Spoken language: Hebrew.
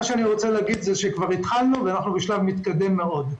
אני רוצה להגיד שכבר התחלנו ואנחנו בשלב מתקדם מאוד.